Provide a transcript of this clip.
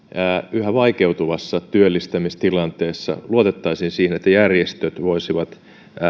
yhä vaikeutuvassa työllistämistilanteessa luotettaisiin siihen että järjestöt voisivat